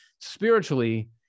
Spiritually